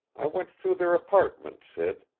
i went through their apartment, sid.